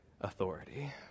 authority